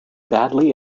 badly